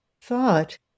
Thought